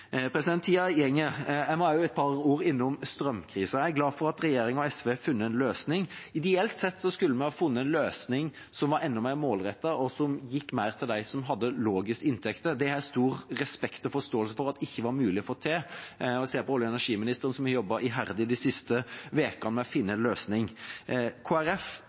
Tida går. Jeg må også innom strømkrisen med et par ord. Jeg er glad for at regjeringa og SV har funnet en løsning. Ideelt sett skulle vi ha funnet en løsning som var enda mer målrettet, og som gikk mer til dem som har lavest inntekter. Det har jeg stor respekt og forståelse for at ikke var mulig å få til, og jeg ser på olje- og energiministeren, som har jobbet iherdig de siste ukene med å finne en løsning.